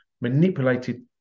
manipulated